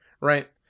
right